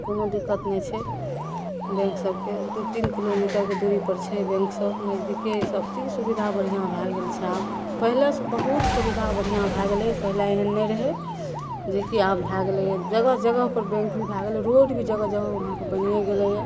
कोनो दिक्कत नहि छै बैंक सबके दू तीन किलो मीटरके दूरीपर छै बैंकसब नजदीके यऽ सब चीज सुविधा बढ़िआँ भए गेल छै आब पहिलेसँ बहुत सुविधा बढ़िआँ भए गेलय पहिला एहन नहि रहय जे कि आब भए गेलइया जगह जगहपर बैंक भी भए गेलइए रोड भी जगह जगह वहाँपर बनिये गेलइए